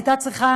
היא הייתה צריכה,